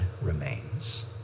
remains